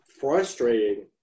frustrating